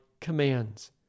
commands